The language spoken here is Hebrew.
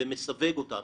הוא מסווג אותם.